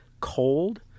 cold